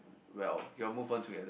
well you all move on together